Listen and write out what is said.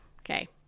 Okay